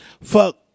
Fuck